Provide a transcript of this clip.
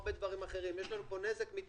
רבים מבעלי השליטה פשוט הקפיאו את